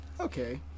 Okay